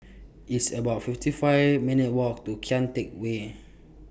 It's about fifty five minutes' Walk to Kian Teck Way